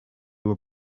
were